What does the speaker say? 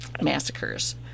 massacres